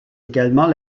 également